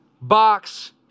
box